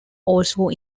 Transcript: also